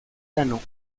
cano